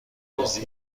دزدی